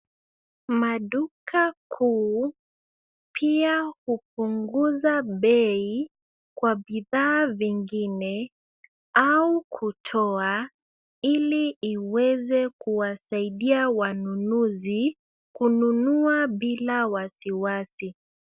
Maduka kuu pia hupunguza bei kwa bidhaa zingine au kutoa, ili iweze kuwasaidia wanunuzi kununua bila wasiwasi.